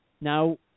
now